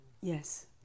Yes